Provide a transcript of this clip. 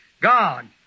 God